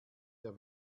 der